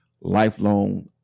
lifelong